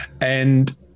and-